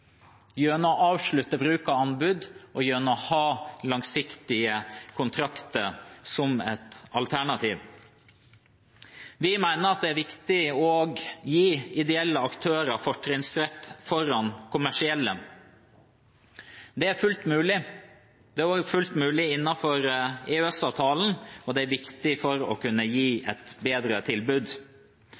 gjennom å avslutte bruk av anbud og ha langsiktige kontrakter som et alternativ. Vi mener det er viktig å gi ideelle aktører fortrinnsrett foran kommersielle. Det er fullt mulig, det er fullt mulig innenfor EØS-avtalen, og det er viktig for å kunne gi et bedre tilbud.